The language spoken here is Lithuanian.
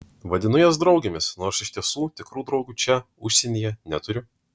vadinu jas draugėmis nors iš tiesų tikrų draugių čia užsienyje neturiu